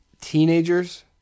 teenagers